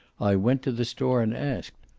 i went to the store and asked.